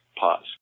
pause